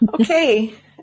Okay